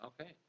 Okay